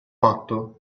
patto